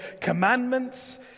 commandments